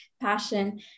passion